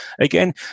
again